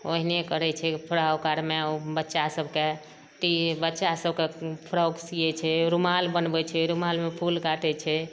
ओहिमे करै छै उखरा ओकरामे बच्चासबके तऽ ई बच्चासबके फ्रॉक सीयै छै रुमाल बनबै छै रुमालमे फूल काटै छै